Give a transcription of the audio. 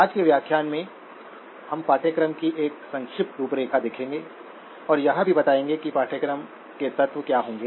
आज के व्याख्यान में हम पाठ्यक्रम की एक संक्षिप्त रूपरेखा देंगे और यह भी बताएंगे कि पाठ्यक्रम के तत्व क्या होंगे